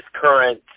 current